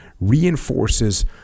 reinforces